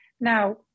Now